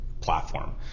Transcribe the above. platform